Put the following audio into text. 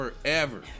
forever